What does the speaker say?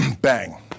bang